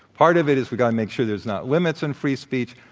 part of it is we've got to make sure there's not limits on free speech,